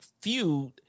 feud